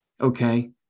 okay